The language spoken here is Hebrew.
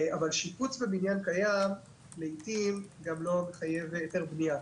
אבל שיפוץ בבניין קיים לעיתים גם לא מחייב היתר בנייה.